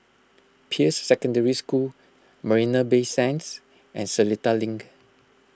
Peirce Secondary School Marina Bay Sands and Seletar Link